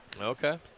Okay